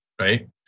Right